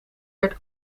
werd